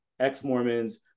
ex-Mormons